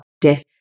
death